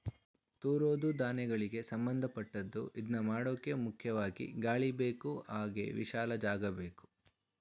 ತೂರೋದೂ ಧಾನ್ಯಗಳಿಗೆ ಸಂಭಂದಪಟ್ಟದ್ದು ಇದ್ನಮಾಡೋಕೆ ಮುಖ್ಯವಾಗಿ ಗಾಳಿಬೇಕು ಹಾಗೆ ವಿಶಾಲ ಜಾಗಬೇಕು